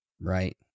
right